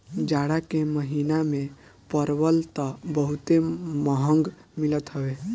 जाड़ा के महिना में परवल तअ बहुते महंग मिलत हवे